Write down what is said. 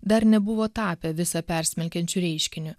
dar nebuvo tapę visą persmelkiančiu reiškiniu